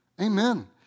amen